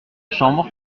chambre